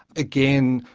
again,